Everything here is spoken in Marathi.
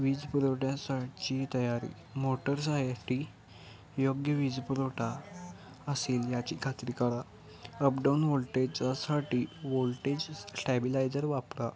वीज पुरवठ्यासाठीची तयारी मोटरसाठी योग्य वीजपुरवठा असेल याची खात्री करा अप डाऊन वोल्टेजासाठी वोल्टेज स्टॅबिलायझर वापरा